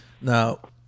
Now